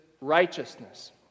righteousness